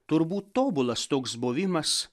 turbūt tobulas toks buvimas